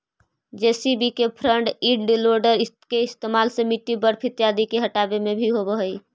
JCB के front end loader के इस्तेमाल मिट्टी, बर्फ इत्यादि के हँटावे में भी होवऽ हई